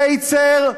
זה יצר,